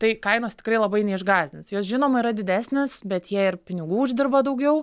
tai kainos tikrai labai neišgąsdins jos žinoma yra didesnės bet jie ir pinigų uždirba daugiau